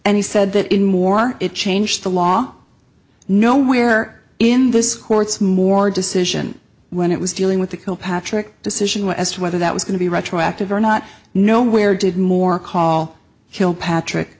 and he said that in more it changed the law nowhere in this court's more decision when it was dealing with the kilpatrick decision as to whether that was going to be retroactive or not nowhere did more call kilpatrick